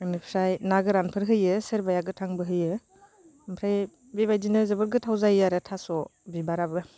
बेनिफ्राय ना गोरानफोर होयो सोरबाया गोथांबो होयो ओमफ्राय बेबायदिनो जोबोद गोथाव जायो आरो थास' बिबाराबो